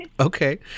Okay